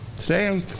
Today